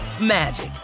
magic